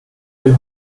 will